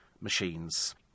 machines